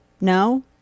No